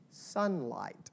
Sunlight